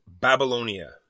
Babylonia